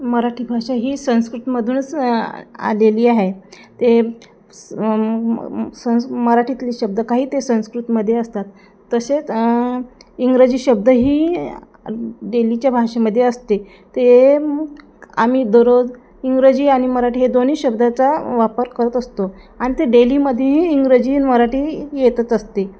मराठी भाषा ही संस्कृतमधूनच आलेली आहे ते स संस्क मराठीतले शब्द काही ते संस्कृतमध्ये असतात तसेच इंग्रजी शब्द ही डेलीच्या भाषेमध्ये असते ते आम्ही दररोज इंग्रजी आणि मराठी हे दोन्ही शब्दाचा वापर करत असतो आणि ते डेलीमध्येही इंग्रजी आणि मराठी येतच असते